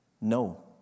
No